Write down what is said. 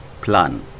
plan